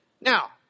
Now